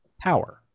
power